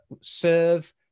serve